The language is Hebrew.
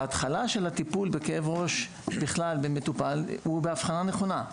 ההתחלה של הטיפול בכאב ראש בכלל במטופל הוא באבחנה נכונה.